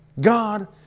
God